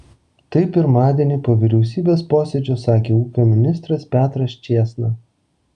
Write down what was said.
tai pirmadienį po vyriausybės posėdžio sakė ūkio ministras petras čėsna